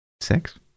six